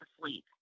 asleep